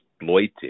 exploited